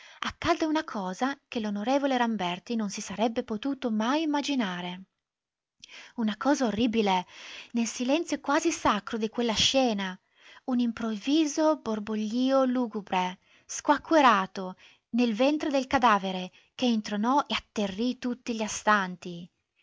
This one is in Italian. accadde una cosa che l'on ramberti non si sarebbe potuto mai immaginare una cosa orribile nel silenzio quasi sacro di quella scena un improvviso borboglio lugubre squacquerato nel ventre del cadavere che intronò e atterrì tutti gli astanti